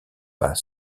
pas